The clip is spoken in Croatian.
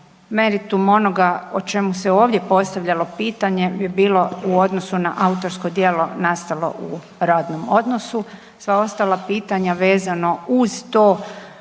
Meritum onoga o čemu se ovdje postavljalo pitanje bi bilo u odnosu na autorsko djelo nastalo u radnom odnosu, sva ostala pitanja vezano uz to